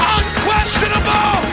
unquestionable